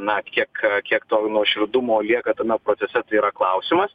na kiek kiek to nuoširdumo lieka tame procese tai yra klausimas